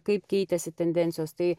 kaip keitėsi tendencijos tai